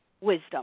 wisdom